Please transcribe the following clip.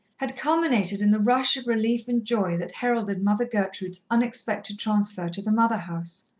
had culminated in the rush of relief and joy that heralded mother gertrude's unexpected transfer to the mother-house.